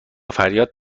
فریاد